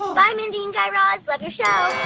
bye, mindy and guy raz. love your show